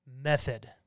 method